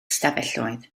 ystafelloedd